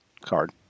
card